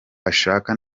ashaka